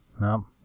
No